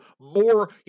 more